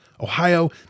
Ohio